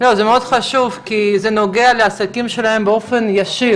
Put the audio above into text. חשוב כי זה נוגע לעסקים שלהם באופן ישיר.